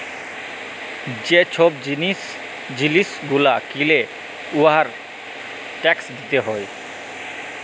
যে ছব জিলিস গুলা কিলে উয়ার ট্যাকস দিতে হ্যয়